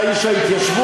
אתה איש ההתיישבות.